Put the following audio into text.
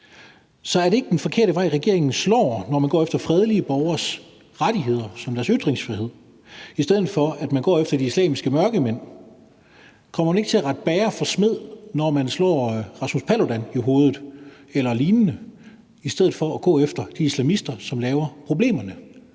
Så er det ikke den forkerte vej, regeringen slår ind på, når man går efter fredelige borgeres rettigheder som deres ytringsfrihed, i stedet for at man går efter de islamiske mørkemænd? Kommer man ikke til at rette bager for smed, når man slår Rasmus Paludan i hovedet eller lignende i stedet for at gå efter de islamister, som laver problemerne,